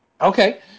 Okay